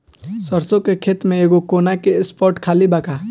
सरसों के खेत में एगो कोना के स्पॉट खाली बा का?